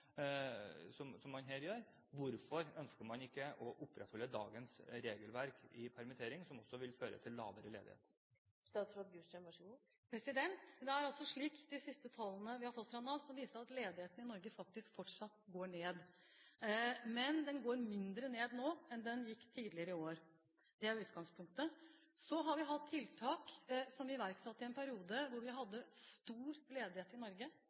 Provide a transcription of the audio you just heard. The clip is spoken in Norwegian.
som man her har? Hvorfor ønsker man ikke å opprettholde dagens regelverk for permittering som også vil føre til lavere ledighet? Det er altså slik at de siste tallene vi har fått fra Nav, viser at ledigheten i Norge fortsatt går ned, men den går mindre ned nå enn tidligere i år. Det er utgangspunktet. Så har vi hatt tiltak som ble iverksatt i en periode hvor vi hadde stor ledighet i Norge.